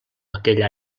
aquell